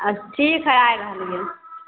आ ठीक है आबि हम लै